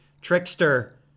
trickster